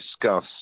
discuss